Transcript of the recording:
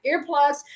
earplugs